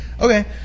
Okay